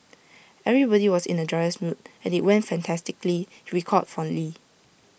everybody was in A joyous mood and IT went fantastically he recalled fondly